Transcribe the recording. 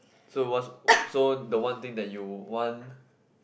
so what's so the one thing that you want